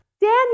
Daniel